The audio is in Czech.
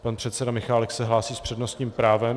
Pan předseda Michálek se hlásí s přednostním právem.